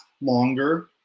longer